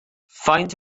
faint